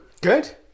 Good